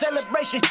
celebration